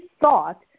thought